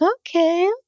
Okay